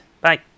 Bye